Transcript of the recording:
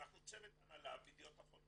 אנחנו צוות הנהלה בידיעות אחרונות